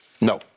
No